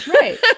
Right